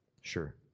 sure